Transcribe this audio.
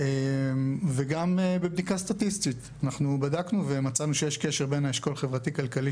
גם בבדיקה סטטיסטית מצאנו שיש קשר בין האשכול החברתי-כלכלי